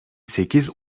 sekiz